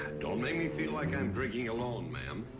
don't make me feel like i'm drinking alone, ma'am.